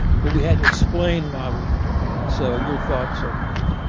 but we had to explain why we were doing it. so your thoughts on this?